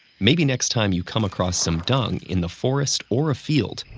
maybe next time you come across some dung in the forest or a field,